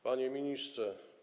Panie Ministrze!